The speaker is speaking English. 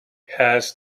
has